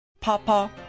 Papa